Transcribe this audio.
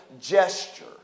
gesture